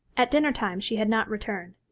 at dinner-time she had not returned.